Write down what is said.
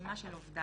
רשימה של עובדיו,